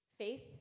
faith